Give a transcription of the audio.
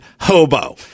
hobo